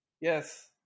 yes